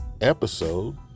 episode